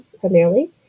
primarily